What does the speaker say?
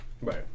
Right